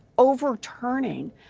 overturning